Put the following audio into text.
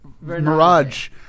Mirage